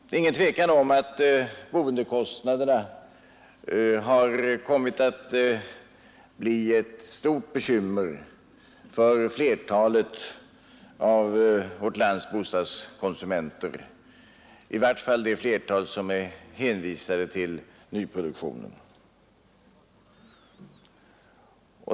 Det är ingen tvekan om att boendekostnaderna har kommit att bli ett stort bekymmer för flertalet av vårt lands bostadskonsumenter, i varje fall för det flertal som är hänvisade till nyproduktionen.